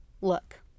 look